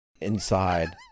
inside